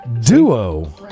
Duo